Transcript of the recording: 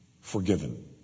forgiven